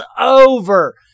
over